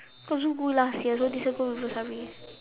cause zoo go last year so this year go river-safari